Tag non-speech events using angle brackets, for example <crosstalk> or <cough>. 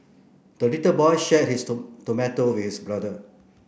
the little boy shared his <unintelligible> tomato with brother